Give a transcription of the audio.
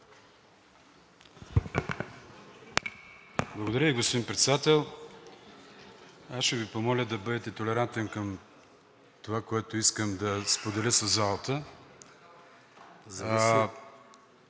Благодаря Ви, господин Председател. Ще Ви помоля да бъдете толерантен към това, което искам да споделя със залата.